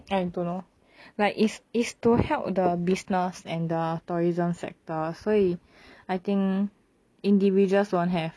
I don't know like is is to help the business and the tourism sector 所以 I think individuals don't have